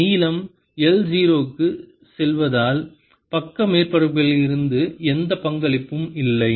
இந்த நீளம் l 0 க்குச் செல்வதால் பக்க மேற்பரப்புகளிலிருந்து எந்த பங்களிப்பும் இல்லை